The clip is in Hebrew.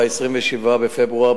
27 בפברואר,